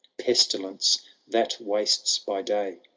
pestilence that wastes by day.